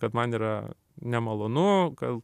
kad man yra nemalonu gal